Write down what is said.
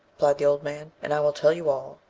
replied the old man, and i will tell you all.